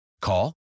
Call